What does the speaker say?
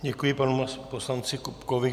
Děkuji panu poslanci Kupkovi.